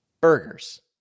Burgers